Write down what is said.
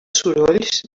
sorolls